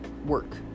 work